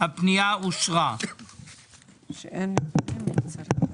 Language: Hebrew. הצבעה בעד, רוב נגד, אין נמנעים,